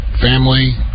Family